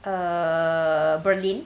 err berlin